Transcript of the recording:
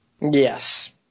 Yes